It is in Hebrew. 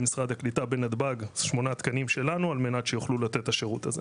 שלנו למשרד העלייה והקליטה בנתב"ג על מנת שיוכלו לתת את השירות הזה.